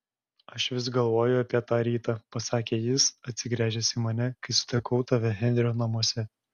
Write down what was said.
aš vis galvoju apie tą rytą pasakė jis atsigręžęs į mane kai sutikau tave henrio namuose